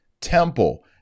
temple